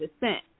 descent